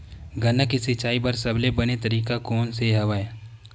गन्ना के सिंचाई बर सबले बने तरीका कोन से हवय?